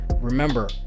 Remember